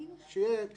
שיהיה: תפעוליים,